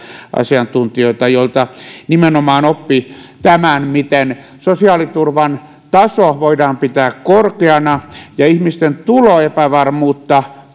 asiantuntijoita joilta nimenomaan oppi tämän miten sosiaaliturvan taso voidaan pitää korkeana ja ihmisten tuloepävarmuutta